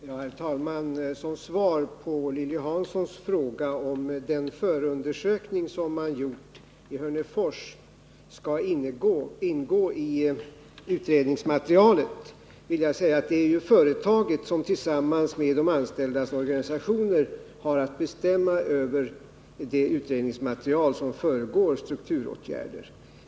Herr talman! Som svar på Lilly Hanssons fråga, om den förundersökning som man gjort i Hörnefors skall ingå i utredningsmaterialet, vill jag säga att det är ju företaget som tillsammans med de anställdas organisationer har att bestämma över det utredningsmaterial som sammanställs före vidtagandet av strukturåtgärder.